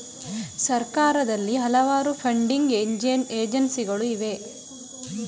ಸರ್ಕಾರದಲ್ಲಿ ಹಲವಾರು ಫಂಡಿಂಗ್ ಏಜೆನ್ಸಿಗಳು ಇವೆ